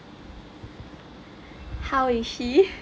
how is she